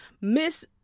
Miss